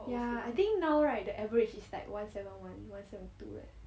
ya I think now right the average is like one seven one seven two right